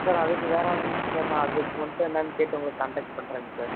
sir அதுக்கு வேறு ஆளுங்க சார் நான் அதுக்கு மட்டும் என்னென்னு கேட்டு உங்களை காண்டேக்ட் பண்ணுறேங்க சார்